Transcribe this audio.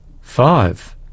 five